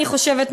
אני חושבת,